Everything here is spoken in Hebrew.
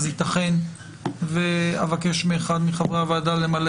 אז ייתכן ואבקש מאחד מחברי הוועדה למלא